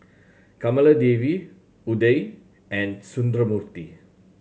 Kamaladevi Udai and Sundramoorthy